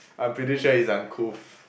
I'm pretty sure it's uncouth